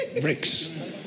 bricks